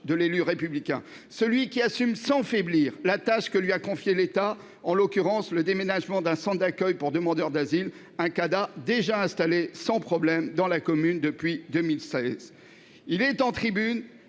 de l'élu républicain, celui qui assume sans faiblir, la tâche que lui a confié l'État en l'occurrence le déménagement d'un centre d'accueil pour demandeurs d'asile un Cada déjà installé sans problème dans la commune depuis 2016. Il est en tribune